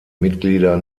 mitglieder